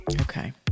Okay